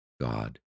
God